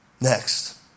Next